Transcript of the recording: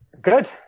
Good